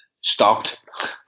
stopped